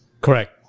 Correct